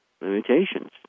limitations